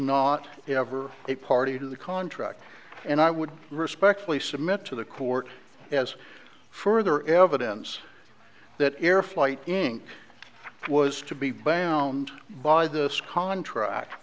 not ever a party to the contract and i would respectfully submit to the court as further evidence that airflight in ink was to be boned by this contract